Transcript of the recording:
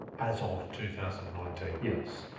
as of two thousand and nineteen. yes.